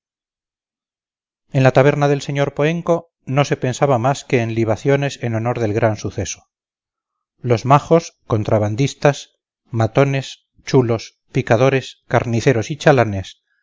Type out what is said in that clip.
en la taberna del sr poenco no se pensaba más que en libaciones en honor del gran suceso los majos contrabandistas matones chulos picadores carniceros y chalanes